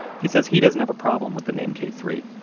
he says he doesn't have a problem with the name k three.